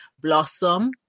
Blossom